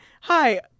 hi